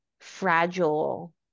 fragile